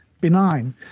benign